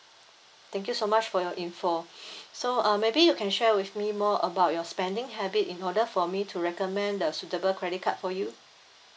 thank you so much for your info so uh maybe you can share with me more about your spending habit in order for me to recommend the suitable credit card for you